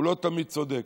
הוא לא תמיד צודק,